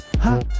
ha